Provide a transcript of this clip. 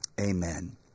Amen